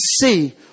see